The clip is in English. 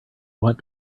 want